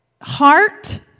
heart